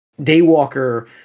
daywalker